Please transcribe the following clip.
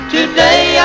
Today